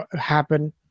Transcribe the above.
happen